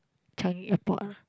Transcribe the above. Changi Airport ah